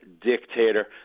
dictator